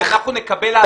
אנחנו נקבל האזנות סתר.